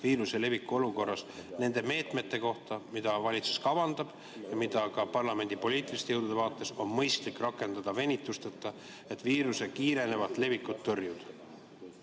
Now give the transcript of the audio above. viiruse leviku olukorras nende meetmete kohta, mida valitsus kavandab ja mida ka parlamendi poliitiliste jõudude vaates on mõistlik rakendada venitusteta, et viiruse kiirenevat levikut tõrjuda?